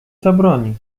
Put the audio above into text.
zabroni